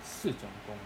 四种工